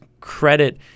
credit